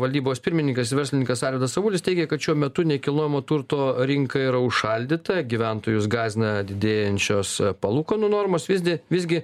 valdybos pirmininkas verslininkas arvydas avulis teigė kad šiuo metu nekilnojamo turto rinka yra užšaldyta gyventojus gąsdina didėjančios palūkanų normos visdi visgi